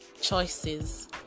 choices